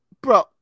Bro